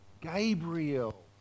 Gabriel